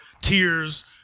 tears